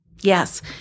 Yes